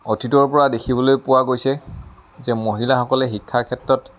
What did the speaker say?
অতীতৰপৰা দেখিবলৈ পোৱা গৈছে যে মহিলাসকলে শিক্ষাৰ ক্ষেত্ৰত